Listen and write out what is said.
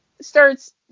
starts